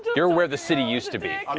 you're where the city used to be.